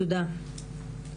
תודה.